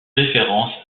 références